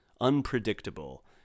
unpredictable